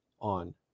on